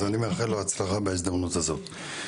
בהצלחה בהזדמנות הזו.